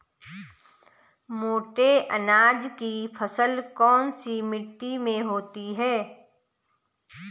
मोटे अनाज की फसल कौन सी मिट्टी में होती है?